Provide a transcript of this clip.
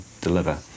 deliver